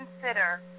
consider